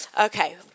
Okay